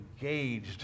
engaged